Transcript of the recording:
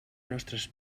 nostres